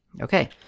Okay